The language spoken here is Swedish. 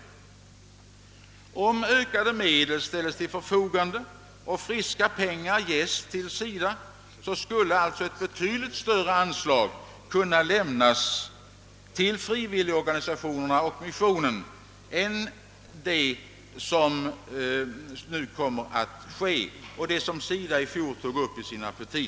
Om ökade medel ställes till förfogande och »friska pengar» ges till SIDA, skulle alltså ett betydligt större anslag kunna lämnas till frivilligorganisationerna och missionen än det som SIDA i fjol tog upp i sina petita.